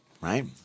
right